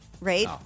right